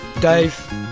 Dave